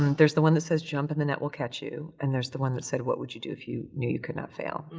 there's the one that says, jump and the net will catch you, and there's the one that said, what would you do if you knew you could not fail?